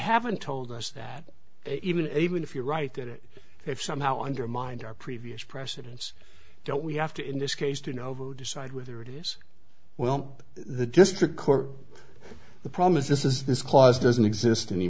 haven't told us that even even if you're right that it if somehow undermined our previous precedence don't we have to in this case do novo decide whether it is well the district court the problem is this is this clause doesn't exist any